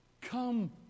Come